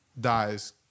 dies